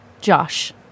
Josh